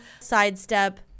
sidestep